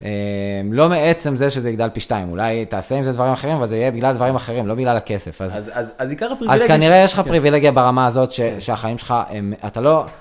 לא מעצם זה שזה יגדל פי שתיים, אולי תעשה עם זה דברים אחרים וזה יהיה בגלל דברים אחרים, לא בגלל הכסף. אז כנראה יש לך פריווילגיה ברמה הזאת שהחיים שלך, אתה לא...